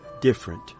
different